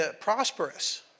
prosperous